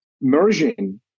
merging